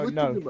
no